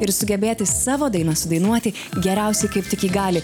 ir sugebėti savo dainą sudainuoti geriausiai kaip tik ji gali